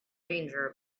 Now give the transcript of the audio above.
danger